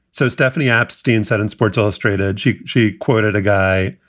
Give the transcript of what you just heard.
so stephanie epstein said in sports illustrated, she she quoted a guy,